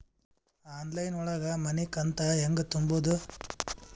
Online ಒಳಗ ಮನಿಕಂತ ಹ್ಯಾಂಗ ತುಂಬುದು?